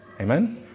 Amen